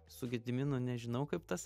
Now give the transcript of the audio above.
su gediminu nežinau kaip tas